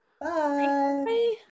Bye